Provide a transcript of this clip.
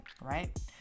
right